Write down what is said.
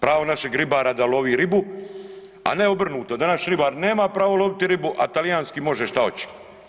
Pravo našeg ribara da lovi ribu, a ne obrnuto da naš ribar nema pravo loviti ribu, a talijanski može šta oće.